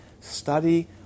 study